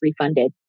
refunded